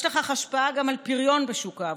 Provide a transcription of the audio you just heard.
יש לכך השפעה גם על פריון בשוק העבודה,